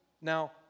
now